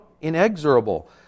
inexorable